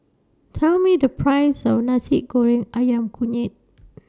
Tell Me The Price of Nasi Goreng Ayam Kunyit